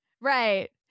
Right